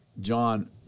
John